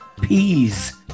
peas